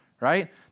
Right